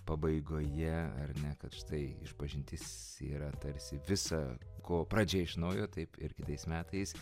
pabaigoje ar ne kad štai išpažintis yra tarsi visa ko pradžia iš naujo taip ir kitais metais